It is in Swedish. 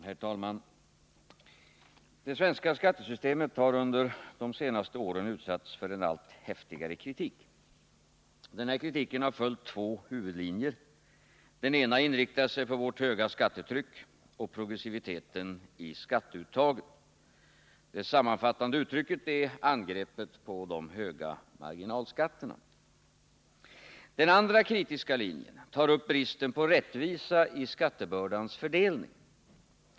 Herr talman! Det svenska skattesystemet har under de senaste åren utsatts för en allt häftigare kritik. Denna kritik har följt två huvudlinjer. Den ena inriktar sig på vårt höga skattetryck och progressiviteten i skatteuttaget. Det sammanfattande uttrycket är ”angreppet på de höga marginalskatterna”. Den andra kritiska linjen tar upp bristen på rättvisa i skattebördans fördelning.